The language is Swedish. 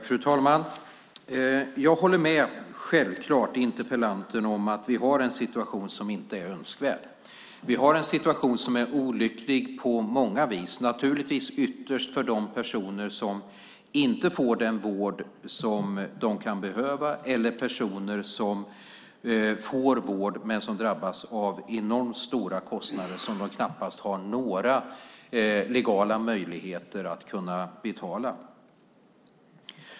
Fru talman! Jag håller självklart med interpellanten om att vi har en situation som inte är önskvärd. Vi har en situation som är olycklig på många vis, naturligtvis ytterst för de personer som inte får den vård som de kan behöva men även för personer som får vård men som drabbas av enormt stora kostnader som de knappast har några legala möjligheter att klara av.